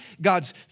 God's